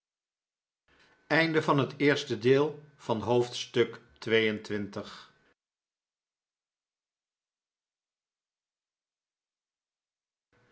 onderwerp van het gesprek haar van het